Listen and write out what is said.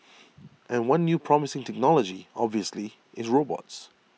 and one new promising technology obviously is robots